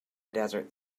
desert